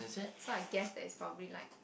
so I guess that's probably like